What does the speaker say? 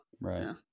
right